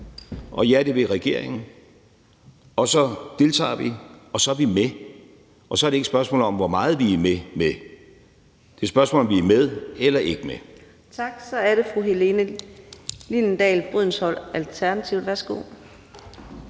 Og ja, det vil regeringen. Og så deltager vi, og så er vi med, og så er det ikke et spørgsmål om, hvor meget vi deltager med, men det er et spørgsmål om, om vi er med eller ikke er med. Kl. 11:54 Fjerde næstformand (Karina Adsbøl): Tak. Så er det fru Helene Liliendahl Brydensholt, Alternativet. Værsgo.